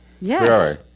Yes